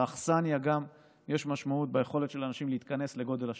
לאכסניה יש גם משמעות ביכולת של אנשים להתכנס לגודל השעה.